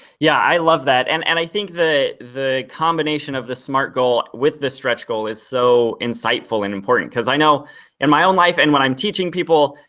yeah, i love that, and and i think that the combination of the smart goal with the stretch goal is so insightful and important, cause i know in my own life and when i'm teaching people,